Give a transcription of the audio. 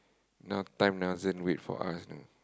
now time doesn't wait for us you know